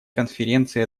конференции